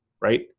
right